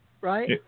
right